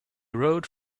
rode